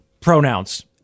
pronouns